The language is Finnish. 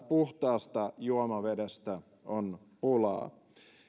puhtaasta juomavedestä on pulaa